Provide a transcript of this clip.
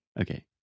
Okay